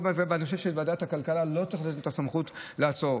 אני חושב שוועדת כלכלה לא תיתן את הסמכות לעצור,